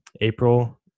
April